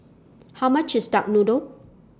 How much IS Duck Noodle